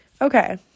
Okay